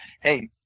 Hey